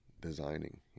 designing